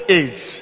age